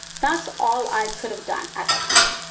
that's all i could have done at that time.